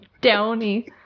Downy